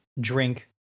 drink